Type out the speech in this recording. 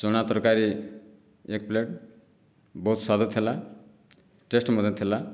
ଚଣା ତରକାରୀ ଏକ ପ୍ଲେଟ୍ ବହୁତ ସ୍ୱାଦ ଥିଲା ଟେଷ୍ଟ ମଧ୍ୟ ଥିଲା